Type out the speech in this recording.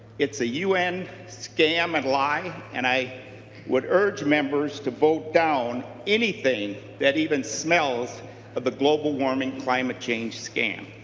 it's the un scam and live and i would urge members to vote down anything thaat even smells of a global warming climate change scam.